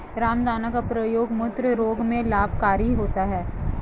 रामदाना का प्रयोग मूत्र रोग में लाभकारी होता है